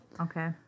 Okay